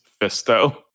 Fisto